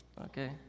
okay